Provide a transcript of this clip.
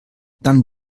dann